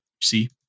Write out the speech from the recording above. see